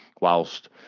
whilst